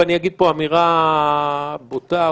ואגיד פה אמירה בוטה,